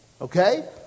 Okay